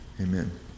amen